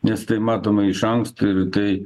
nes tai matoma iš anksto ir tai